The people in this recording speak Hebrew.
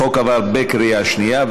החוק עבר בקריאה שנייה.